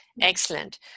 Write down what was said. Excellent